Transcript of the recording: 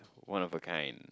one of a kind